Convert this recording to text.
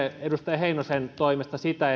edustaja heinosen toimesta sitä